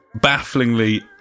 bafflingly